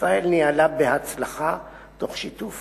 ישראל ניהלה בהצלחה, תוך שיתוף